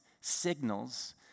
signals